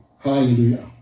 Hallelujah